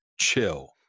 chill